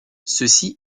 ceci